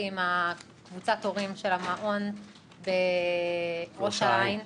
עם קבוצת הורים של המעון בראש העין.